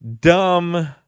dumb